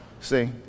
See